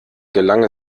gelang